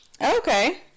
Okay